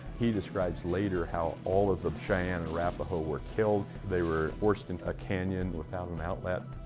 he describes later how all of the cheyenne-arapaho were killed. they were forced in a canyon without an outlet.